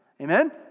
Amen